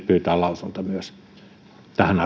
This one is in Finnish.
pyytää lausunto tähän